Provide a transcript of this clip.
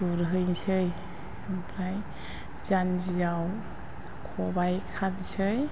गुरहैनोसै ओमफ्राय जान्जियाव खबाइ खानोसै